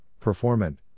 performant